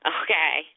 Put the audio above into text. okay